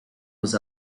was